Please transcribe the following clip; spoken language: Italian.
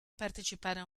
partecipare